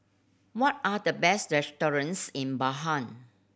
what are the best restaurants in